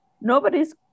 Nobody's